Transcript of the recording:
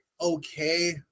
okay